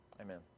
Amen